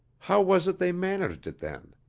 how was it they managed it then